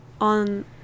on